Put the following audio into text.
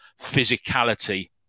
physicality